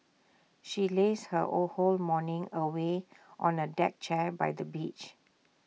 she lazed her all whole morning away on A deck chair by the beach